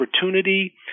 opportunity